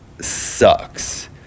sucks